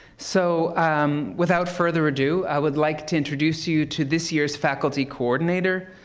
so um without further ado, i would like to introduce you to this year's faculty coordinator,